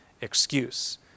excuse